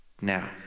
Now